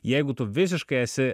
jeigu tu visiškai esi